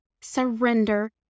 surrender